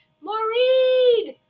Maureen